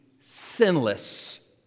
sinless